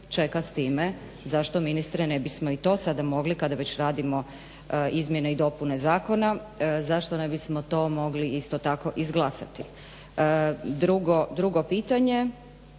čeka s time, zašto ministre ne bismo i to sada mogli kada već radimo izmjene i dopune zakona, zašto ne bismo to mogli isto tako izglasati. Drugo pitanje,